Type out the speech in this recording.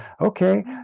okay